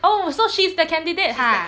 oh so she's the candidate !huh!